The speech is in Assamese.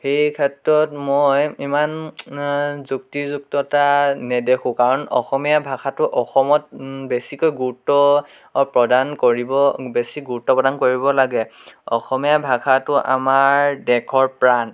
সেই ক্ষেত্ৰত মই ইমান যুক্তি যুক্ততা নেদেখোঁ কাৰণ অসমীয়া ভাষাটো অসমত বেছিকৈ গুৰুত্ব আৰু প্ৰদান কৰিব বেছি গুৰুত্ব প্ৰদান কৰিব লাগে অসমীয়া ভাষাটো আমাৰ দেশৰ প্ৰাণ